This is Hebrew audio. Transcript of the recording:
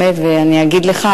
ואני אגיד לך,